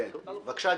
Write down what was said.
בבקשה,